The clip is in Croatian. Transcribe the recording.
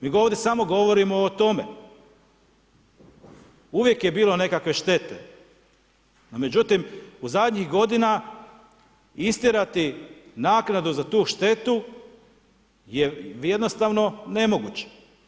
Mi ovdje samo govorimo o tome, uvijek je bilo nekakve štete, međutim, u zadnjih godina istjerati naknadu za tu štetu je jednostavno ne moguće.